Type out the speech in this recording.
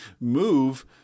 move